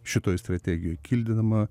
šitoj strategijoj kildinama